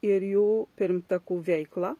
ir jų pirmtakų veiklą